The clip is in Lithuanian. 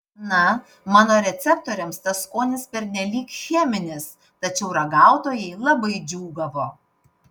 na mano receptoriams tas skonis pernelyg cheminis tačiau ragautojai labai džiūgavo